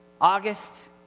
August